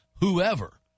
whoever